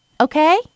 Okay